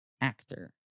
actor